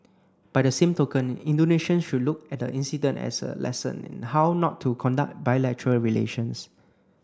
by the same token Indonesian should look at the incident as a lesson in how not to conduct bilateral relations